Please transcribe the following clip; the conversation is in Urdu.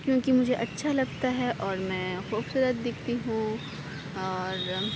کیوں کہ مجھے اچھا لگتا ہے اور میں خوبصورت دکھتی ہوں اور